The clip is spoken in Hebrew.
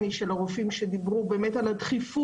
הייתי חלק מהוועדה שאישרה ניסויים בקנאביס,